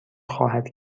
خواهد